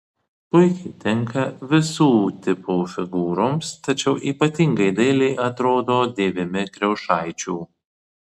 puikiai tinka visų tipų figūroms tačiau ypatingai dailiai atrodo dėvimi kriaušaičių